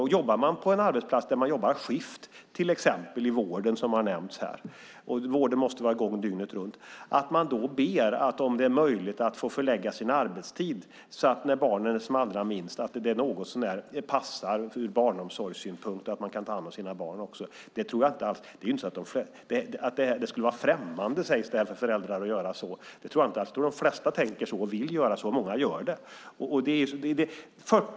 Om man är på en arbetsplats med skiftarbete - till exempel i vården, som här nämnts; vården måste ju vara i gång hela dygnet - kan man när barnen är som allra minst, be om att, ifall detta är möjligt, få förlägga sin arbetstid så att det något så när passar från barnomsorgssynpunkt och så att man kan ta hand om sina barn. Det sägs här att det skulle vara främmande för föräldrar att göra på det sättet. Så tror jag inte alls att det är, utan jag tror att de flesta tänker så och vill göra så. Många gör det också.